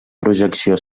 projecció